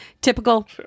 Typical